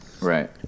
Right